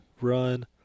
run